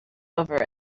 over